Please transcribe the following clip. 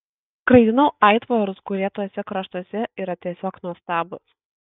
skraidinau aitvarus kurie tuose kraštuose yra tiesiog nuostabūs